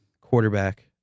quarterback